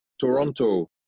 Toronto